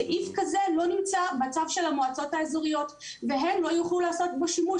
סעיף כזה לא נמצא בצד של המועצות האזוריות והן לא יוכלו לעשות בו שימוש.